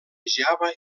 java